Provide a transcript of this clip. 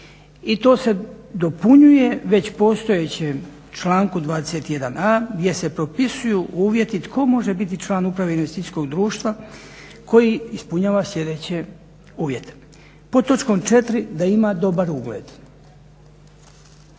I to se dopunjuje u već postojećem članku 21. a gdje se propisuju uvjeti tko može biti član uprave investicijskog društva koji ispunjava sljedeće uvjete. Pod točkom 4 da ima dobar ugled.